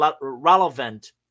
relevant